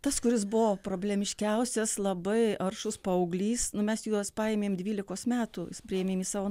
tas kuris buvo problemiškiausias labai aršus paauglys nu mes juos paėmėm dvylikos metų priėmėm į savo